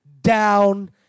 down